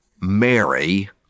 Mary